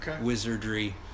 Wizardry